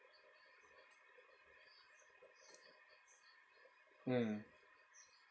mm